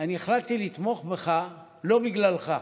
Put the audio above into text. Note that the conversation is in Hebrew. אני החלטתי לתמוך בך לא בגללך.